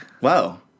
Wow